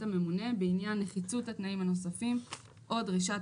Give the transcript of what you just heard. הממונה בעניין נחציות התנאים הנוספים או דרישות